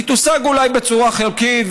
היא תושג אולי בצורה חלקית,